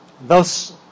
Thus